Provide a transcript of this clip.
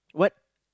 what